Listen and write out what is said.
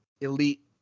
elite